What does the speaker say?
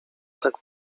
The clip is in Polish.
tak